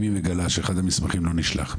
אם היא מגלה שאחד המסמכים לא נשלח.